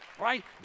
right